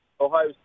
Ohio